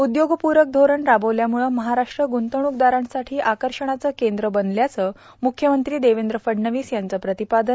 उद्योगपुरक धोरण राबवल्यामुळं महाराष्ट्र गुंतवणूकदारांसाठी आकर्षणाचं केंद्र बनल्याचं मुख्यमंत्री देवेंद्र फडणवीस यांचं प्रतिपादन